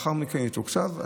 ולאחר מכן זה יתוקצב.